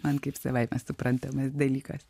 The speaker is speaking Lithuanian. man kaip savaime suprantamas dalykas